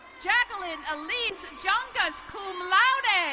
jackelin elise jongas, cum laude.